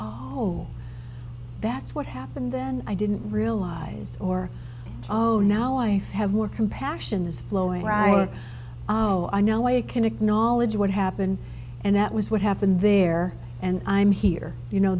whole that's what happened then i didn't realize or oh now i have more compassion is flowing right now i know i can acknowledge what happened and that was what happened there and i'm here you know